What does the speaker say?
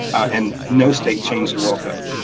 and no state changed the well code,